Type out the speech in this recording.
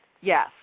Yes